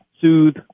soothe